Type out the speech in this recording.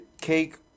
cake